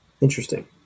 Interesting